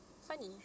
Funny